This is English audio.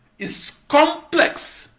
is complex,